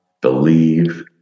believe